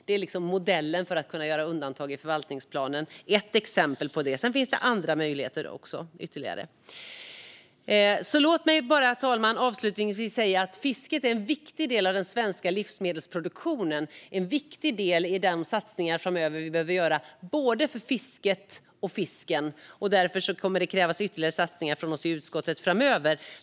Det är ett exempel på vad man skulle kunna göra undantag för i förvaltningsplanen, och det finns ytterligare exempel. Låt mig bara, herr talman, avslutningsvis säga att fisket är en viktig del av den svenska livsmedelsproduktionen och att det behöver göras satsningar framöver för både fisket och fisken. Därför kommer det att krävas ytterligare satsningar från oss i utskottet framöver.